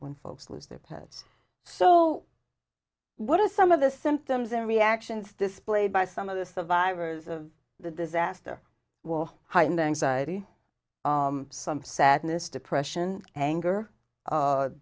when folks lose their pets so what are some of the symptoms their reactions displayed by some of the survivors of the disaster will heightened anxiety some sadness depression anger